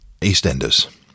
EastEnders